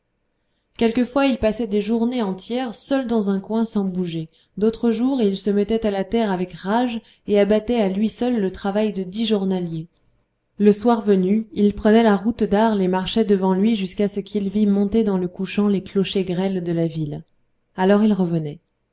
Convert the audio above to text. quelquefois il passait des journées entières seul dans un coin sans bouger d'autres jours il se mettait à la terre avec rage et abattait à lui seul le travail de dix journaliers le soir venu il prenait la route d'arles et marchait devant lui jusqu'à ce qu'il vît monter dans le couchant les clochers grêles de la ville alors il revenait